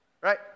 right